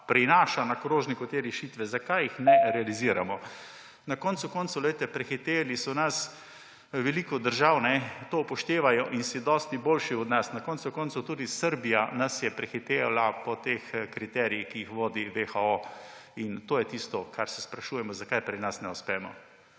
prinaša na krožniku te rešitve. Zakaj jih ne realiziramo? Na koncu koncev, glejte, prehiteli so nas, veliko držav to upošteva in so dosti boljši od nas, na koncu koncev tudi Srbija nas je prehitela po teh kriterijih, ki jih vodi WHO. To je tisto, kar se sprašujemo: Zakaj pri nas ne uspemo?